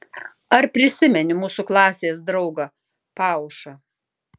ar prisimeni mūsų klasės draugą paušą